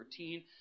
13